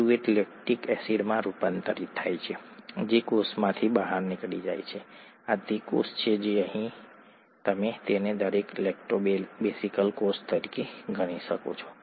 pyruvate lactic એસિડમાં રૂપાંતરિત થાય છે જે કોષમાંથી બહાર નીકળી જાય છે આ તે કોષ છે જે અહીં છે તમે તેને દરેક લેક્ટોબેસિલસ કોષ તરીકે ગણી શકો છો